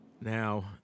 Now